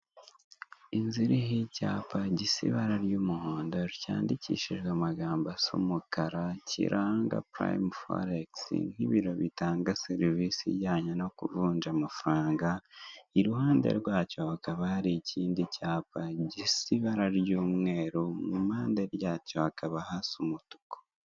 Mwiyubakire imihanda, dukore twiteza imbere twubake n'amasoko ndetse twubake ibikuta bikikije imihanda kugirango tutazatembanwa n'isuri y'imvura. Kubaka imihanda ndetse no ku nkengero ni ingirakamaro kuri buri muntu wese kuko uba wikingiye ibibazo bishobora guturuka ku mirwanyasuri y'imvura.